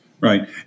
Right